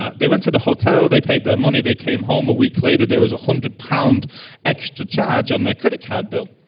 ah they went to the hotel. they paid their money. they came home, a week later there was a hundred-pound extra charge on their credit card bill.